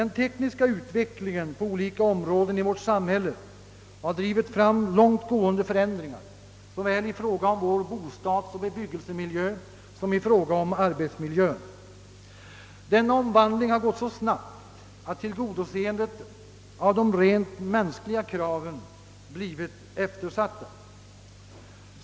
Den tekniska utvecklingen på olika områden i vårt samhälle har drivit fram långtgående förändringar såväl i fråga om vår bostadsoch bebyggelsemiljö som i fråga om arbetsmiljön. Denna omvandling har gått så snabbt att de rent mänskliga kraven blivit eftersatta.